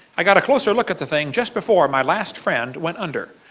i got a closer look at the thing just before my last friend went under.